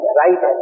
right